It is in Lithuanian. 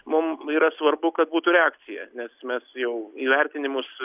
mum yra svarbu kad būtų reakcija nes mes jau įvertinimus